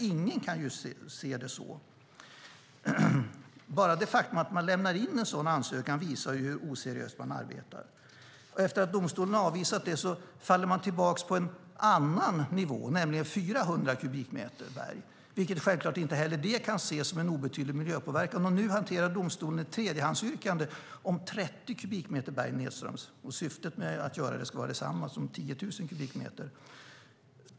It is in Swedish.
Ingen kan se det så. Bara det faktum att man lämnar in en sådan ansökan visar hur oseriöst man arbetar. Efter att domstolen har avvisat det faller man tillbaka på en annan nivå, nämligen 400 kubikmeter berg. Det kan självkart inte heller ses som en obetydlig miljöpåverkan. Nu hanterar domstolen ett tredjehandsyrkande om 30 kubikmeter berg nedströms. Syftet med att göra det ska vara detsamma som med 10 000 kubikmeter.